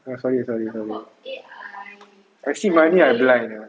ah sorry sorry sorry I see money I blind